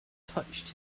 touched